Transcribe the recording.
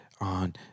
on